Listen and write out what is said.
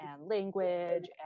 language